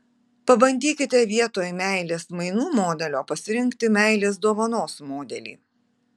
pabandykite vietoj meilės mainų modelio pasirinkti meilės dovanos modelį